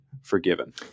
forgiven